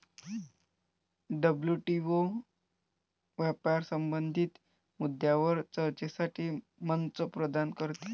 WTO व्यापार संबंधित मुद्द्यांवर चर्चेसाठी मंच प्रदान करते